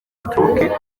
stroke